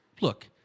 Look